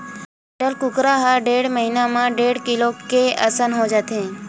broiler कुकरा ह डेढ़ महिना म डेढ़ किलो के असन हो जाथे